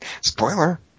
Spoiler